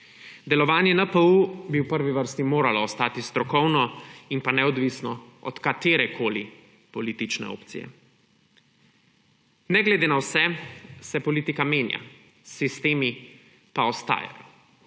Delovanje NPU bi v prvi vrsti moralo ostati strokovno in neodvisno od katerekoli politične opcije. Ne glede na vse se politika menja, sistemi pa ostajajo.